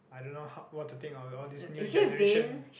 I don't know how what to think of all these new generation